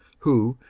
who,